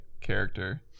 character